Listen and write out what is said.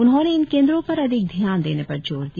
उन्होंने इन केंद्रों पर अधिक ध्यान देने पर जोर दिया